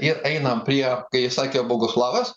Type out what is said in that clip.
ir einam prie kai sakė boguslavas